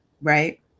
Right